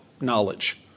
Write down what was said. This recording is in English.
knowledge